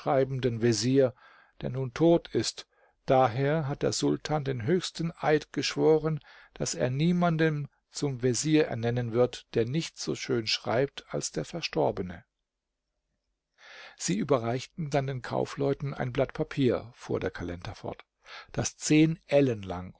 vezier der nun tot ist daher hat der sultan den höchsten eid geschworen daß er niemanden zum vezier ernennen wird der nicht so schön schreibt als der verstorbene sie überreichten dann den kaufleuten ein blatt papier fuhr der kalender fort das zehn